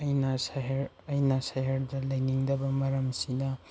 ꯑꯩꯅ ꯁꯍꯔ ꯁꯍꯔꯗ ꯂꯩꯅꯤꯡꯗꯕ ꯃꯔꯝꯁꯤꯅ